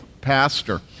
pastor